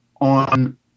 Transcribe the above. on